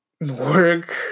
work